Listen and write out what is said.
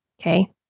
Okay